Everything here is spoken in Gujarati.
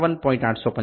895 વત્તા 0